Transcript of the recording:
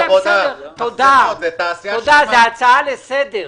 זה הצעה לסדר.